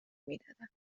میدادن